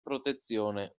protezione